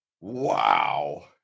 Wow